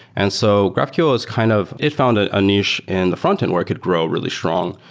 and so graphql is kind of it founded a niche in the frontend where it could grow really strong,